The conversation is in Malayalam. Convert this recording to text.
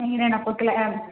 എങ്ങനെ ആണ് ആ